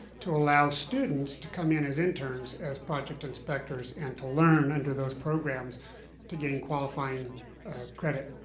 to allow students to come in as interns as project inspectors, and to learn under those programs to gain qualifying credit.